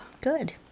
Good